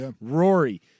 Rory